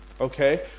Okay